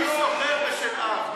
מי סוחר בשנהב?